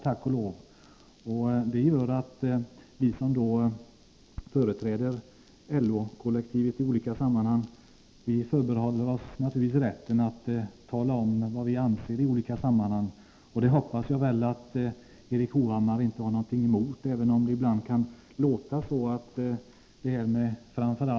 Vi som i olika sammanhang företräder LO-kollektivet förbehåller oss därför rätten att tala om vad vi anser. Jag hoppas att Erik Hovhammar inte har något emot det, även om det ibland kan låta så.